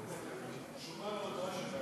ראש ישיבת